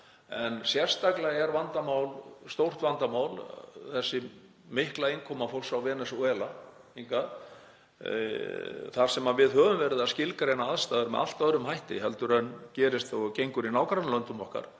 en sérstaklega er stórt vandamál þessi mikla innkoma fólks frá Venesúela hingað þar sem við höfum verið að skilgreina aðstæður með allt öðrum hætti heldur en gerist og gengur í nágrannalöndum okkar.